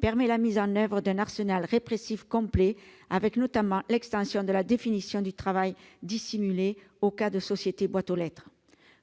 permettent la mise en oeuvre d'un arsenal répressif complet, grâce notamment à l'extension de la définition du travail dissimulé au cas des sociétés boîtes aux lettres.